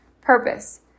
purpose